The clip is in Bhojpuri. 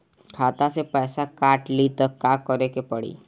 खाता से पैसा काट ली त का करे के पड़ी?